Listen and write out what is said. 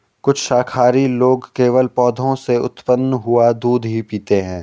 कुछ शाकाहारी लोग केवल पौधों से उत्पन्न हुआ दूध ही पीते हैं